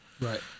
Right